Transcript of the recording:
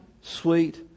sweet